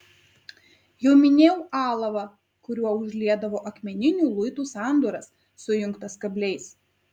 jau minėjau alavą kuriuo užliedavo akmeninių luitų sandūras sujungtas kabliais